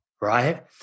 Right